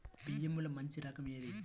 బియ్యంలో మంచి రకం ఏది?